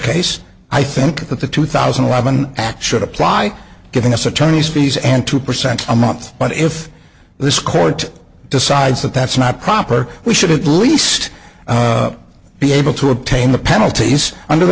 case i think that the two thousand and eleven at should apply giving us attorneys fees and two percent a month but if this court decides that that's not proper we should at least be able to obtain the penalties under the